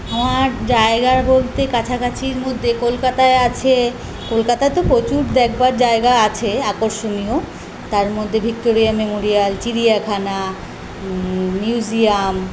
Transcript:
আমার জায়গা বলতে কাছাকাছির মধ্যে কলকাতায় আছে কলকাতায় তো প্রচুর দেখবার জায়গা আছে আকর্ষণীয় তার মধ্যে ভিক্টোরিয়া মেমোরিয়াল চিড়িয়াখানা মিউজিয়াম